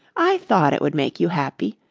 i thought it would make you happy,